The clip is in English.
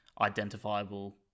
identifiable